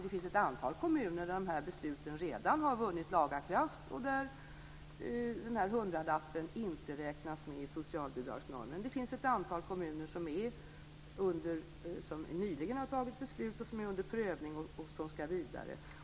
Det finns ett antal kommuner där de här besluten redan har vunnit laga kraft och där den här hundralappen inte räknas med i socialbidragsnormen. Det är ett antal kommuner som nyligen har tagit beslut, som är under prövning och som ska vidare.